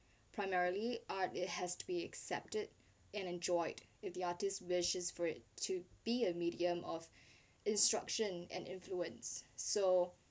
primarily art it has to be accepted and enjoyed with the artist wishes for it to be a medium of instruction and influence so